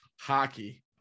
hockey